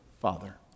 father